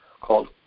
called